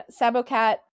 SaboCat